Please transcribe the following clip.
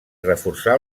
reforçar